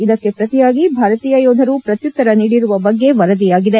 ಇದಕ್ಕೆ ಪ್ರತಿಯಾಗಿ ಭಾರತೀಯ ಯೋಧರು ಪ್ರತ್ಯುತ್ತರ ನೀಡಿರುವ ಬಗ್ಗೆ ವರದಿಯಾಗಿದೆ